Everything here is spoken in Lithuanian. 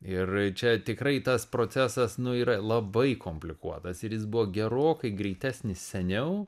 ir čia tikrai tas procesas yra labai komplikuotas ir jis buvo gerokai greitesnis seniau